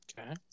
Okay